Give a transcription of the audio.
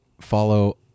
follow